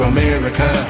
America